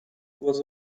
was